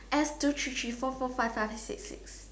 S two three three four four five five six six